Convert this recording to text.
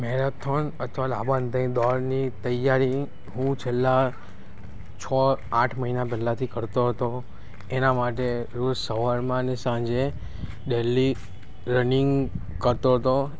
marathon અથવા લાંબા અંતરની દોડની તૈયારી હું છેલ્લા છ આઠ મહિના પહેલાંથી કરતો હતો એના માટે રોજ સવારમાં અને સાંજે ડેલી રનિંગ કરતો હતો